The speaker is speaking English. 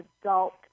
adult